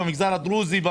במגזר הדרוזי,